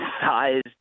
sized